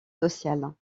sociales